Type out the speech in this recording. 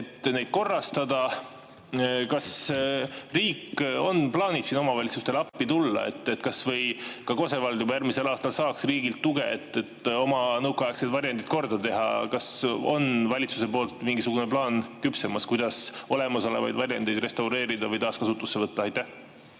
et neid korrastada. Kas riik plaanib siin omavalitsustele appi tulla, et kas või Kose vald juba järgmisel aastal saaks riigilt tuge, et oma nõukaaegsed varjendid korda teha? Kas on valitsuse poolt mingisugune plaan küpsemas, kuidas olemasolevaid varjendeid restaureerida või taaskasutusse võtta? Aitäh!